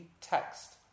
text